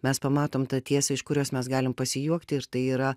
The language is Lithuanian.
mes pamatom tą tiesą iš kurios mes galim pasijuokti ir tai yra